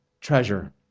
treasure